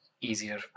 easier